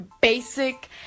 basic